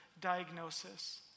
diagnosis